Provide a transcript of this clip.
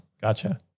Gotcha